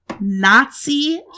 Nazi